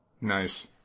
Nice